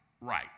right